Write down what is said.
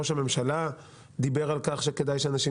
ראש הממשלה דיבר על כך שכדאי שאנשים